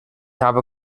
habe